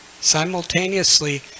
simultaneously